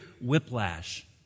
whiplash